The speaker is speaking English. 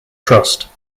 trust